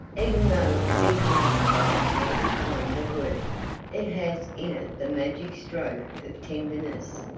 even though it be hardened by the hardest kind of work it has in it the magic stroke of tenderness.